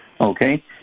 okay